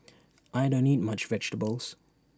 I don't eat much vegetables